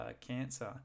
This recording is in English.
cancer